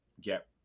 get